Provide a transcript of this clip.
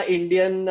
Indian